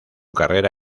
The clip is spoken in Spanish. carrera